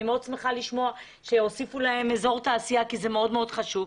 אני מאוד שמחה לשמוע שהוסיפו להם אזור תעשייה כי זה מאוד מאוד חשוב,